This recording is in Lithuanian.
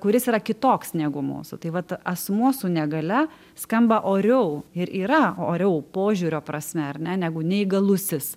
kuris yra kitoks negu mūsų taip vat asmuo su negalia skamba oriau ir yra oriau požiūrio prasme ar ne negu neįgalusis